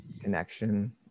connection